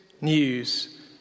news